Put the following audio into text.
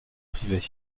privé